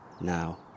now